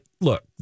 Look